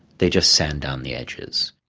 they just sand down the edges.